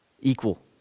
equal